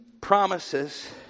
promises